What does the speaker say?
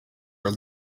are